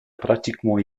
pratiquement